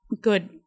good